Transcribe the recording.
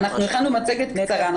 אנחנו הכנו מצגת קצרה,